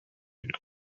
and